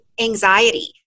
anxiety